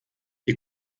die